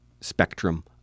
spectrum